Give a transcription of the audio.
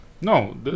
No